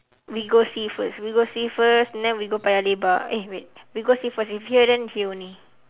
we go see first we go see first then we go paya-lebar eh wait we go see first if here then here only